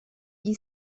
gli